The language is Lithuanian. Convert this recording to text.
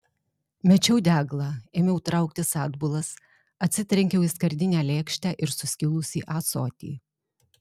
mečiau deglą ėmiau trauktis atbulas atsitrenkiau į skardinę lėkštę ir suskilusį ąsotį